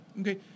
Okay